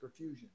perfusion